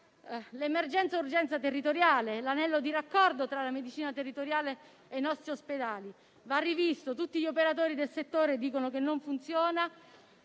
l'emergenza-urgenza territoriale. L'anello di raccordo tra la medicina territoriale e i nostri ospedali va rivisto: tutti gli operatori del settore dicono che non funziona